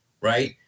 right